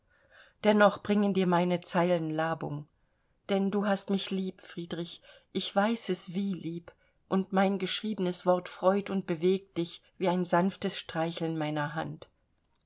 dennoch bringen dir meine zeilen labung denn du hast mich lieb friedrich ich weiß es wie lieb und mein geschriebenes wort freut und bewegt dich wie ein sanftes streicheln meiner hand